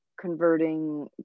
converting